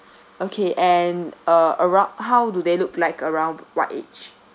okay and uh around how do they look like around what age